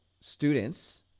students